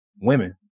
women